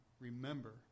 Remember